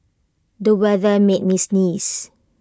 the weather made me sneeze